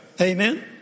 Amen